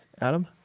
Adam